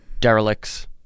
derelicts